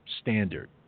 standard